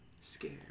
scared